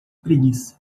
preguiça